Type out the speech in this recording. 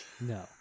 No